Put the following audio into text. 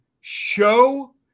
show